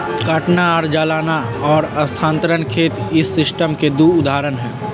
काटना और जलाना और स्थानांतरण खेत इस सिस्टम के दु उदाहरण हई